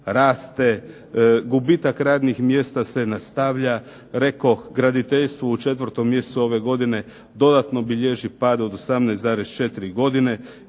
raste, gubitak radnih mjesta se nastavlja. Rekoh, graditeljstvo u 4. mjesecu ove godine dodatno bilježi pad od 18,4% itd.,